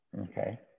Okay